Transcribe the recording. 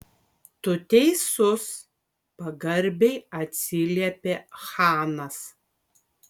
tu teisus pagarbiai atsiliepė chanas